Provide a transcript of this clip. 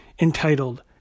entitled